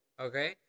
Okay